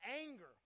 anger